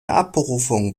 abberufung